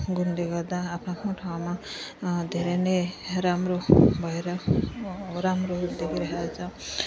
गुणले गर्दा आफ्नो आफ्नो आफ्नो ठाउँमा धेरै नै राम्रो भएर राम्रो देखिरहेको छ